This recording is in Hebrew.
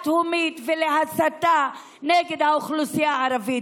תהומית ולהסתה נגד האוכלוסייה הערבית.